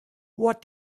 what